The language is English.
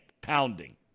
pounding